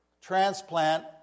transplant